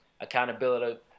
Accountability